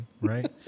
right